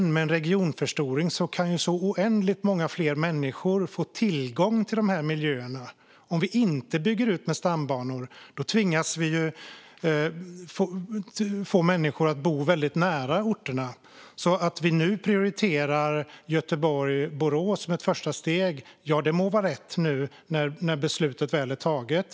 Med en regionförstoring kan oändligt många fler människor få tillgång till de miljöerna. Om vi inte bygger ut med stambanor tvingas människor bo nära orterna. Att vi som ett första steg prioriterar Göteborg-Borås må vara rätt nu när beslutet väl är taget.